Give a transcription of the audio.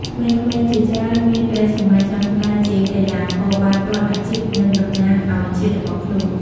ក្មេងៗជាច្រើនមានក្តីស្រមៃចង់ក្លាយជាកីឡាករបាល់ទាត់អាជីព និងតំណាងឲ្យជាតិរបស់ខ្លួន។